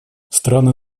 страны